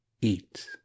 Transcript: eat